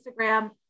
Instagram